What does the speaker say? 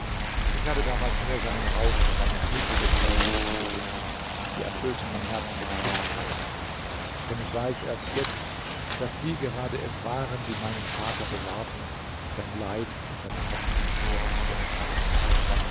ich habe damals nur seinen rausch und seine erniedrigung vor den menschen gesehen sie erfüllten mein herz mit bitterkeit denn ich weiß erst jetzt daß sie gerade es waren die meinen vater bewahrten sein leid in seiner ganzen schwere zu erfassen